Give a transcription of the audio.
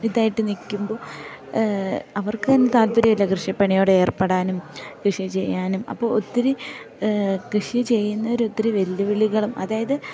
ഇതായിട്ട് നിൽക്കുമ്പോൾ അവർക്കു തന്നെ താല്പര്യമില്ല കൃഷിപ്പണിയോട് ഏർപ്പെടാനും കൃഷി ചെയ്യാനും അപ്പോൾ ഒത്തിരി കൃഷി ചെയ്യുന്നൊരു ഒത്തിരി വെല്ലുവിളികളും അതായത്